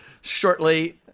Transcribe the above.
shortly